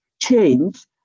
change